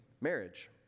marriage